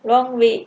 long way